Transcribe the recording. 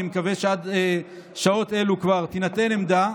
אני מקווה שעד שעות אלו כבר תינתן עמדה.